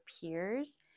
peers